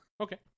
Okay